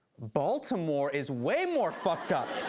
baltimore is way more fucked up,